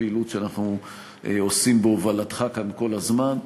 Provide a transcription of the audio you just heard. פעילות שאנחנו עושים בהובלתך כאן כל הזמן.